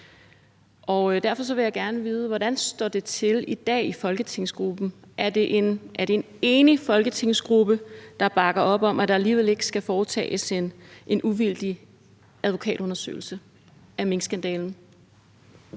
Derfor vil jeg gerne vide, hvordan det står til i dag i folketingsgruppen. Er det en enig folketingsgruppe, der bakker op om, at der alligevel ikke skal foretages en uvildig advokatundersøgelse af minkskandalen?